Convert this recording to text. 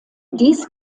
dies